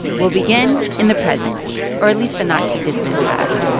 we'll begin in the present or at least the not too distant past.